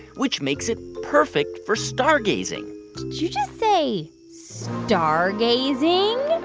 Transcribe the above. which makes it perfect for stargazing did you just say stargazing?